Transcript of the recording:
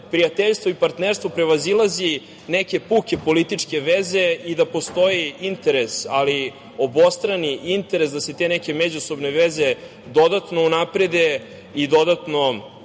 prijateljstvo i partnerstvo prevazilazi neke puke političke veze i da postoji interes, ali obostrani interes, da se te neke međusobne veze dodatno unaprede i dodatno